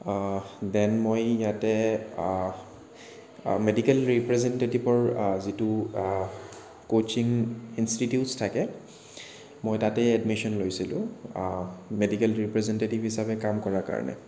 then মই ইয়াতে medical ৰিপ্ৰেজেনটেটিভৰ যিটো কোচিং ইনষ্টিটিউট্চ থাকে মই তাতে এডমিচন লৈছিলোঁ মেডিকেল ৰিপ্ৰেজেনটেটিভ হিচাপে কাম কৰাৰ কাৰণে